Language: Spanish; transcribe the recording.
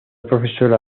profesora